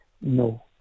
No